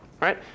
Right